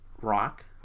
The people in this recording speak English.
rock